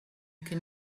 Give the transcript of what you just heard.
can